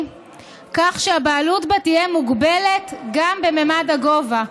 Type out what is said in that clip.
כך שהבעלות בה תהיה מוגבלת גם בממד הגובה.